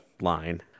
line